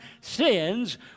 sins